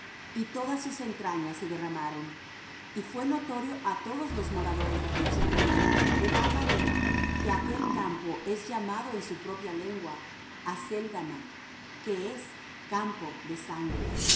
y todas sus entrañas se derramaron y fué notorio á todos los moradores de jerusalem de tal manera que aquel campo es llamado en su propia lengua acéldama que es campo de sangre